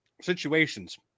situations